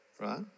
Right